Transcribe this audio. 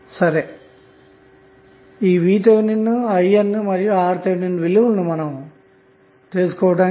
కాబట్టి VTh IN మరియు RTh ల విలువలను తెలుసుకొందాము